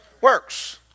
Works